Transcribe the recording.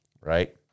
right